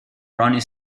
ronnie